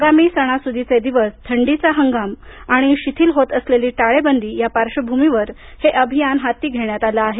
आगामी सणासुदीचे दिवस थंडीचा हंगाम आणि शिथिल होत असलेली टाळेबंदी या पार्क्षभूमीवर हे अभियान हाती घेण्यात आलं आहे